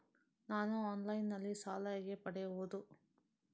ನಾನು ಆನ್ಲೈನ್ನಲ್ಲಿ ಸಾಲ ಹೇಗೆ ಪಡೆಯುವುದು?